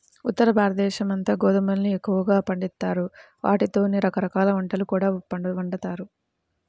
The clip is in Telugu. ఉత్తరభారతదేశమంతా గోధుమల్ని ఎక్కువగా పండిత్తారు, ఆటితోనే రకరకాల వంటకాలు కూడా వండుతారు